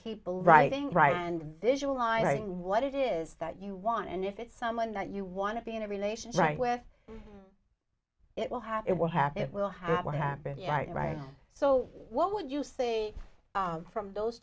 believe writing right and visualizing what it is that you want and if it's someone that you want to be in a relationship with it will have it will happen it will happen happen yeah right so what would you say from those